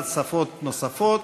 לצד שפות נוספות.